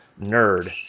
nerd